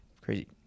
crazy